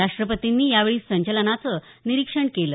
राष्ट्रपतींनी यावेळी संचलनाचं निरीक्षण केलं